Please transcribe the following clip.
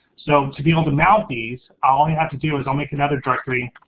so, to be able to mount these, i'll only have to do is i'll make another directory,